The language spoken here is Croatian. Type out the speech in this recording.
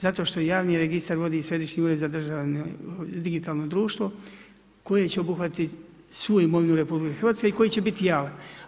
Zato što javni registar vodi Središnji ured za državno, digitalno društvo, koje će obuhvatiti svu imovinu RH i koji će biti javan.